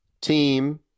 team